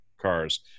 cars